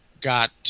got